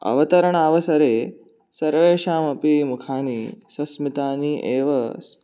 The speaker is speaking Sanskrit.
अवतरणावसरे सर्वेषामपि मुखानि सस्मितानि एव